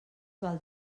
val